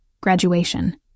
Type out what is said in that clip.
Graduation